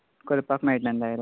करपाक मेळटले न्ही डायरेक्ट